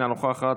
אינה נוכחת,